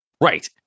Right